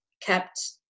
kept –